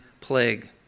Plague